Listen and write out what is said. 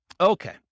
Okay